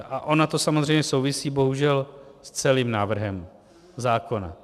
A ono to samozřejmě souvisí bohužel s celým návrhem zákona.